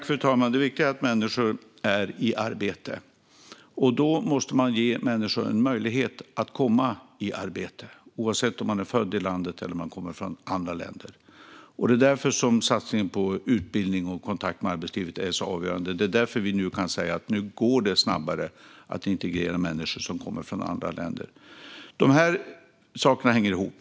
Fru talman! Det viktiga är att människor är i arbete, och därför måste vi ge dem en möjlighet att komma i arbete, oavsett om de är födda i landet eller kommer från andra länder. Här är satsningen på utbildning och kontakt med arbetslivet avgörande, och nu går det snabbare att integrera människor som kommer från andra länder. Det här hänger ihop.